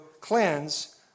cleanse